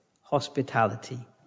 hospitality